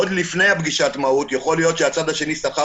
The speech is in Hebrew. עוד לפני פגישת המהות יכול להיות שהצד השני שכר